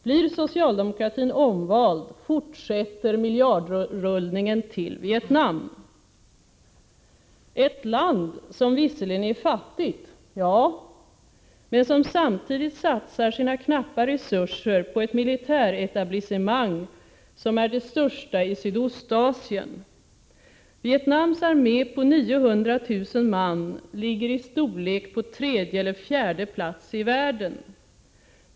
Blir socialdemokratin omvald fortsätter miljardrullningen till Vietnam — ett land som visserligen är fattigt, men som samtidigt satsar sina knappa resurser på ett militäretablissemang som är det största i Sydostasien. Vietnams armé på 900 000 man ligger i storlek på tredje eller fjärde plats i världen.